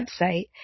website